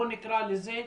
בוא נקרא לזה,